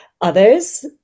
others